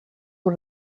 one